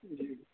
जी